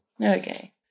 Okay